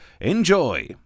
Enjoy